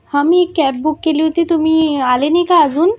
हां मी cab book केली होती तुम्ही आले नाही का अजून